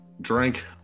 Drink